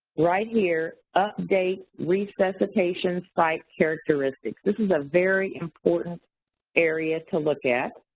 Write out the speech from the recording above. right here, update resuscitation site characteristics, this is a very important area to look at.